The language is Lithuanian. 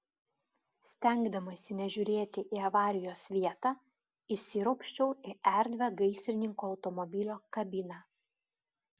stengdamasi nežiūrėti į avarijos vietą įsiropščiau į erdvią gaisrininkų automobilio kabiną